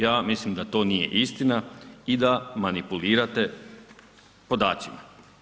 Ja mislim da to nije istina i da manipulirate podacima.